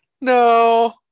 No